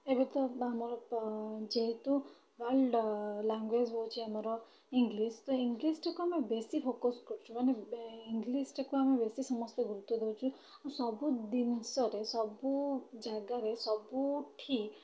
ଏବେତ ଯେହେତୁ ଆମର ଯେହେତୁ ୱାର୍ଲଡ୍ ଲାଙ୍ଗୁଏଜ୍ ହେଉଛି ଆମର ଇଂଗ୍ଲିଶ୍ ତ ଇଂଗ୍ଲିଶ୍ ଟିକୁ ଆମେ ବେଶୀ ଫୋକସ୍ କରୁଛୁ ମାନେ ଇଂଗ୍ଲିଶ୍ ଟାକୁ ଆମେ ସମସ୍ତେ ଗୁରୁତ୍ୱ ଦେଉଛୁ ସବୁ ଜିନିଷରେ ସବୁ ଜାଗାରେ ସବୁଠି